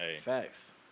Facts